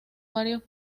varios